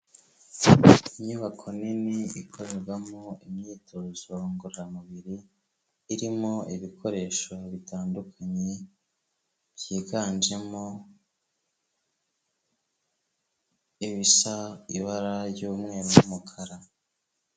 Inyubako nini ikorerwamo imyitozo ngororamubiri, irimo ibikoresho bitandukanye byiganjemo, ibisa ibara ry'umweru n'umukara.